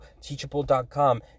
Teachable.com